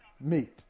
meet